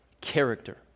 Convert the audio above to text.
Character